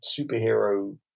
superhero